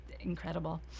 incredible